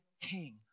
king